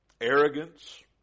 arrogance